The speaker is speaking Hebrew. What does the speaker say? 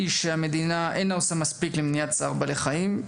היא שהמדינה אינה עושה מספיק למניעת צער בעלי חיים,